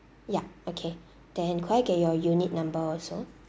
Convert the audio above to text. ya okay then could I get your unit number also